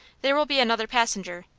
there will be another passenger.